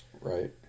Right